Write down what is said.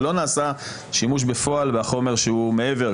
אבל לא נעשה שימוש בפועל בחומר שהוא מעבר,